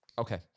Okay